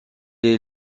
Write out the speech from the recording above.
est